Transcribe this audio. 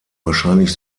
wahrscheinlich